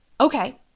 Okay